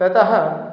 ततः